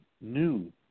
new